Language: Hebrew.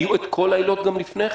היו את כל העילות גם לפני כן.